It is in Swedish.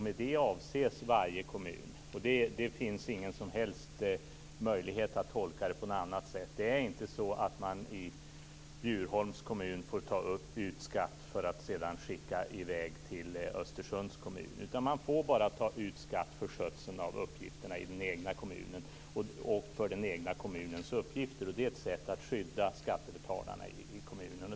Med det avses varje kommun. Det finns ingen som helst möjlighet att tolka paragrafen på annat sätt. Bjurholms kommun får inte ta ut skatt för att sedan skicka i väg pengarna till Östersunds kommun. Man får bara ta ut skatt för skötseln av uppgifterna i den egna kommunen. Det är ett sätt att skydda skattebetalarna i kommunen.